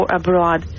abroad